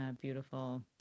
beautiful